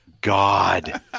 God